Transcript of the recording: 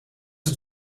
het